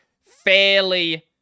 fairly